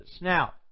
Now